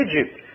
Egypt